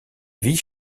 vice